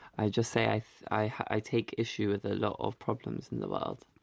i just say i i take issue with a lot of problems in the world.